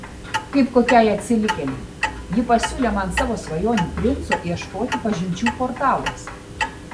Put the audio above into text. kaip kokiai atsilikėlei ji pasiūlė man savo svajonių princo ieškoti pažinčių portaluose